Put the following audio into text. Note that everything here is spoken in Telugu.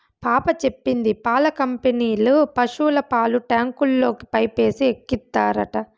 పాప చెప్పింది పాల కంపెనీల పశుల పాలు ట్యాంకుల్లోకి పైపేసి ఎక్కిత్తారట